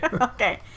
Okay